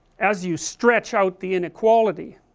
as you stretch out the inequality,